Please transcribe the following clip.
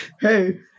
Hey